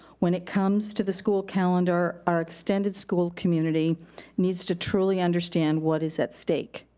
when it comes to the school calendar, our extended school community needs to truly understand what is at stake.